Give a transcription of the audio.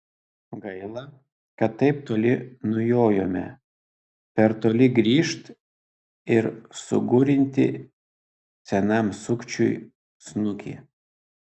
gaila kad taip toli nujojome per toli grįžt ir sugurinti senam sukčiui snukį